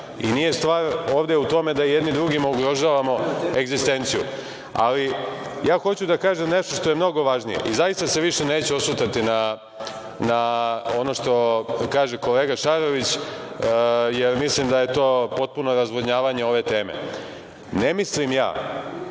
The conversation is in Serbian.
i nije stvar ovde u tome da jedni drugima ugrožavamo egzistenciju. Ali, ja hoću da kažem nešto što je mnogo važnije i zaista se više neću osvrtati na ono što kaže kolega Šarović, jer mislim da je to potpuno razvodnjavanje ove teme. Ne mislim ja